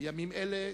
בימים אלה,